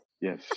Yes